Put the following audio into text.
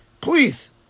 Please